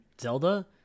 zelda